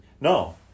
No